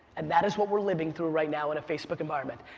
and that is what we're living through right now in a facebook environment.